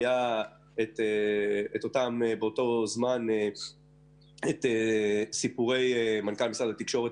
היה באותו זמן את סיפורי מנכ"ל משרד התקשורת